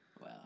Wow